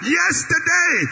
yesterday